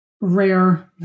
rare